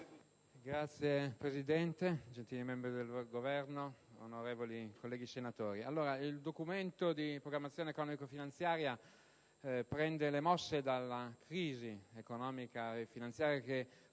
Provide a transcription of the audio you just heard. Signor Presidente, gentili membri del Governo, onorevoli colleghi, il Documento di programmazione economico-finanziaria prende le mosse dalla crisi economico-finanziaria che,